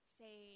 say